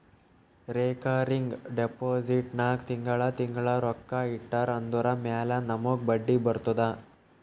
recurring deposit ನಾಗ್ ತಿಂಗಳಾ ತಿಂಗಳಾ ರೊಕ್ಕಾ ಇಟ್ಟರ್ ಅದುರ ಮ್ಯಾಲ ನಮೂಗ್ ಬಡ್ಡಿ ಬರ್ತುದ